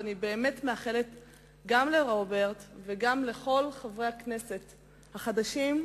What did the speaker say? אני באמת מאחלת לרוברט, וגם לחברי הכנסת החדשים,